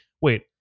wait